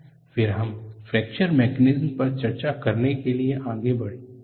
फिर हम fracture mechanism पर चर्चा करने के लिए आगे बढ़े